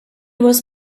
was